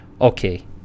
okay